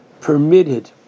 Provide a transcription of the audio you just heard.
permitted